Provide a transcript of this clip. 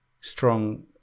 strong